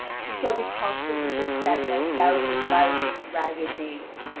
she shall be constantly beset by a thousand lousy and ragged knaves,